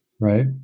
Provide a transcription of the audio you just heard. right